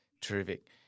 Terrific